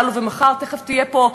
ותכף תהיה פה,